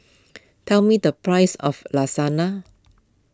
tell me the price of Lasagna